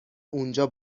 اونجا